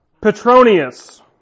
Petronius